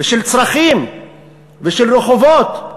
ושל צרכים ושל חובות.